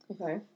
Okay